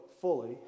fully